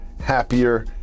happier